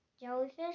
Jellyfish